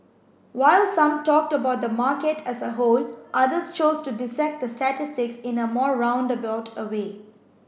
while some talked about the market as a whole others chose to dissect the statistics in a more roundabout a way